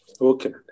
Okay